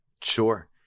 Sure